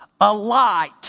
alight